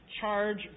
Charge